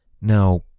Now